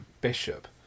bishop